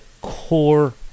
core